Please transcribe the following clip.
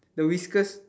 the whiskers